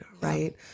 right